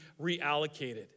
reallocated